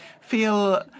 feel